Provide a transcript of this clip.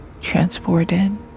transported